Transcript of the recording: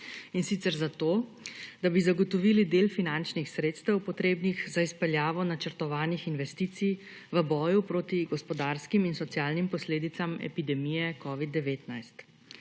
in sicer zato, da bi zagotovili del finančnih sredstev, potrebnih za izpeljavo načrtovanih investicij v boju proti gospodarskim in socialnim posledicam epidemije covid-19.